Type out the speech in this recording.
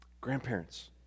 Grandparents